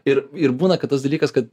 ir ir būna kad tas dalykas kad